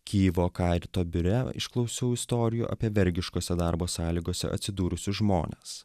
kijevo carito biure išklausiau istorijų apie vergiškose darbo sąlygose atsidūrusius žmones